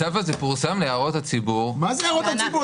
הצו פורסם להערות הציבור --- מה זה "הערות הציבור",